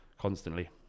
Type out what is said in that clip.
constantly